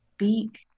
Speak